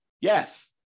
Yes